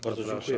Bardzo dziękuję.